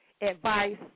advice